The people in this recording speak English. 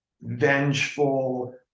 vengeful